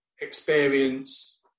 experience